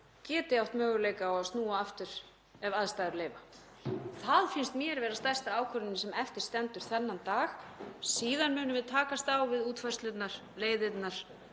geti átt möguleika á að snúa aftur ef aðstæður leyfa. Það finnst mér vera stærsta ákvörðunin sem eftir stendur þennan dag. Síðan munum við takast á við útfærslurnar, leiðirnar